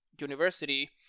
university